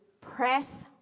press